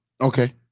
Okay